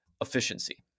efficiency